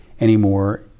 anymore